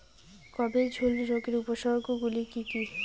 গমের ঝুল রোগের উপসর্গগুলি কী কী?